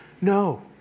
No